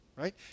Right